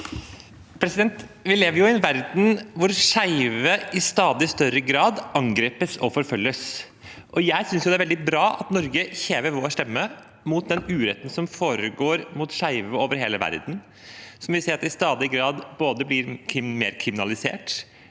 Vi lever i en ver- den hvor skeive i stadig større grad angripes og forfølges. Jeg synes det er veldig bra at vi i Norge hever vår stemme mot den uretten som foregår mot skeive over hele verden, som vi ser i stadig større grad blir kriminalisert